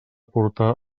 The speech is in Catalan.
portar